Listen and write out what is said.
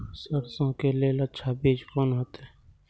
सरसों के लेल अच्छा बीज कोन होते?